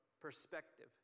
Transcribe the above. perspective